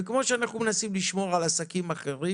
וכמו שאנחנו מנסים לשמור על עסקים אחרים